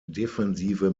defensive